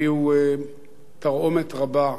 תרעומת רבה,